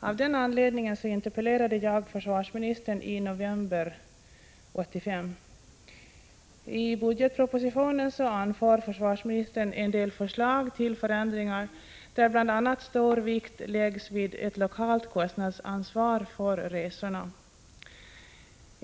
Av den anledningen interpellerade jag försvarsministern i november 1985. I budgetpropositionen anför försvarsministern en del förslag till förändringar, där bl.a. stor vikt läggs vid ett lokalt kostnadsansvar för resorna.